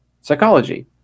psychology